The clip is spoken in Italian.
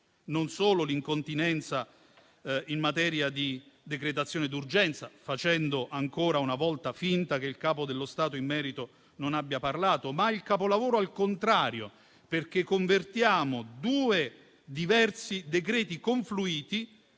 non solo l'incontinenza in materia di decretazione d'urgenza, facendo ancora una volta finta che il Capo dello Stato non abbia parlato in merito, ma il capolavoro al contrario. Noi convertiamo, infatti, due diversi decreti confluiti,